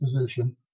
position